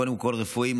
קודם כול רפואיים,